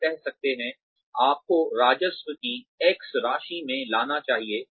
हम कह सकते हैं आपको राजस्व की X राशि में लाना चाहिए